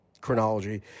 chronology